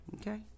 Okay